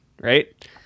right